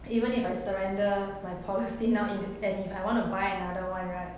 even if I surrender my policy now an~ and if I want to buy another one